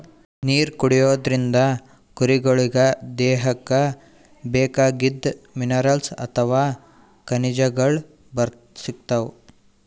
ನೀರ್ ಕುಡಿಯೋದ್ರಿಂದ್ ಕುರಿಗೊಳಿಗ್ ದೇಹಕ್ಕ್ ಬೇಕಾಗಿದ್ದ್ ಮಿನರಲ್ಸ್ ಅಥವಾ ಖನಿಜಗಳ್ ಸಿಗ್ತವ್